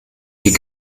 die